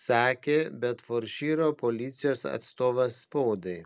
sakė bedfordšyro policijos atstovas spaudai